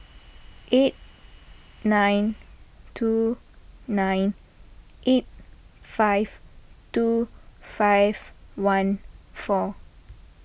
eight nine two nine eight five two five one four